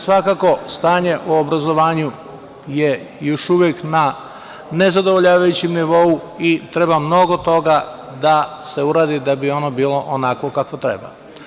Svakako stanje u obrazovanju je još uvek na nezadovoljavajućem nivou i treba mnogo toga da se uradi da bi ono bilo onakvo kakvo treba.